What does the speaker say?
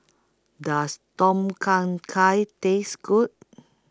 Does Tom Kha Gai Taste Good